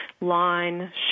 line